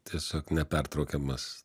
tiesiog nepertraukiamas